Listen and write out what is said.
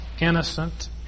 innocent